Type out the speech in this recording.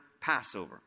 Passover